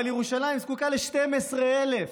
אבל ירושלים זקוקה ל-12,000,